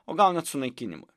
o gal net sunaikinimui